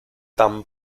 tan